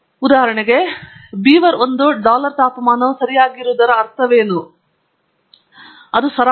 ಉದಾಹರಣೆಗೆ ನಾನು ಮಾಡಬಹುದುಕ್ಷಮಿಸಿ ಬೀವರ್ 1 ಡಾಲರ್ ತಾಪಮಾನವು ಸರಿಯಾಗಿರುವುದರ ಅರ್ಥವೇನು ಎಂದು ಕೇಳು ನಾವು ಇದನ್ನು ಮಾಡಬಹುದು ಮತ್ತು ಅದು ಸರಾಸರಿ